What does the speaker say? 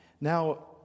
Now